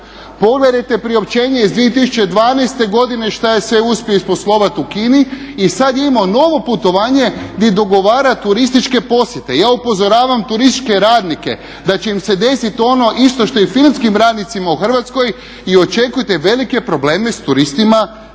Pogledajte priopćenje iz 2012. godine šta je sve uspio isposlovat u Kini i sad je imao novo putovanje di dogovara turističke posjete. Ja upozoravam turističke radnike da će im se desit ono isto što i filmskim radnicima u Hrvatskoj i očekujte velike probleme s turistima